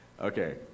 Okay